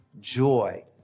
joy